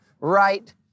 right